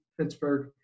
Pittsburgh